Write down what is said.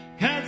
Cause